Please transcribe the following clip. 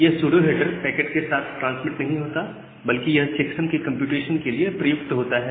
यह pseudo header packet के साथ ट्रांसमिट नहीं होता बल्कि यह चेक्सम के कंप्यूटेशन के लिए प्रयुक्त होता है